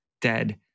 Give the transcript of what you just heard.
dead